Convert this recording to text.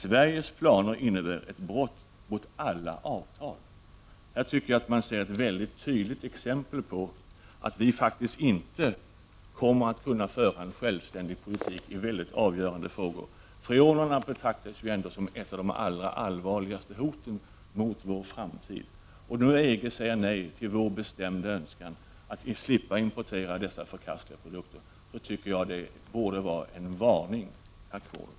Sveriges planer innebär ett brott mot alla avtal.” Här ser man ett tydligt exempel på att vi faktiskt inte kommer att kunna föra en självständig politik i avgörande frågor. Freonerna betraktas ändå som ett av de allra allvarligaste hoten mot vår framtid. När nu EG säger nej till vår bestämda önskan att slippa importera dessa förkastliga produkter borde det vara en varning. Tack för ordet!